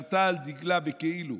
עליו,